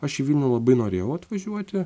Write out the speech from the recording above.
aš į vilnių labai norėjau atvažiuoti